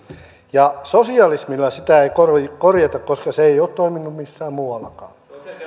sosialismilla sitä ei korjata korjata koska se ei ole toiminut missään muuallakaan